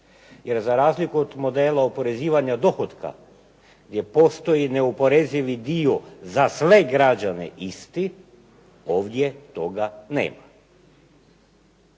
jer za razliku od modela oporezivanja dohotka gdje postoji neoporezivi dio za sve građane isti ovdje toga nema.